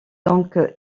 donc